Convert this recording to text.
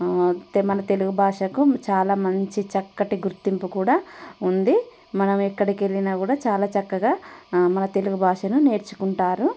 మన తెలుగు భాషకు చాలా మంచి చక్కటి గుర్తింపు కూడా ఉంది మనం ఎక్కడికెళ్ళినా కూడా చాలా చక్కగా మన తెలుగు భాషను నేర్చుకుంటారు